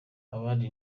abandi